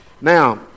Now